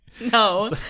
No